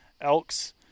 Elks